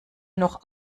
noch